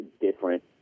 different